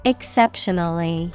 Exceptionally